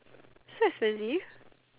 so expansive